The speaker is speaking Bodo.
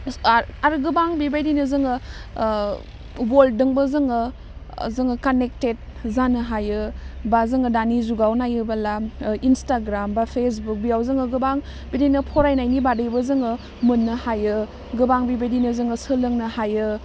ओस आर्ट आरो गोबां बिबायदिनो जोङो ओह गल्डोंबो जोङो ओह जोङो कानेकटेट जानो हायो बा जोङो दानि जुगाव नायोबोला इन्स्टाग्राम बा फेसबुक बेयाव जोङो गोबां बिदिनो फरायनायनि बादैबो जोङो मोननो हायो गोबां बिबायदिनो जोङो सोलोंनो हायो